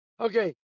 Okay